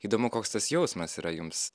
įdomu koks tas jausmas yra jums